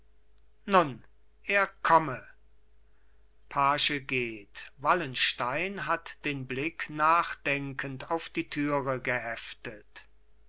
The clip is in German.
nun er komme page geht wallenstein hat den blick nachdenkend auf die türe geheftet